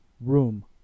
room